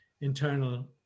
internal